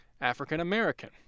African-American